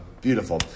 Beautiful